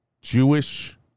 Jewish